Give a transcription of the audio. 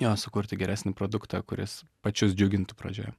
jo sukurti geresnį produktą kuris pačius džiugintų pradžioje